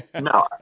No